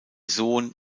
sohn